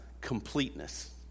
completeness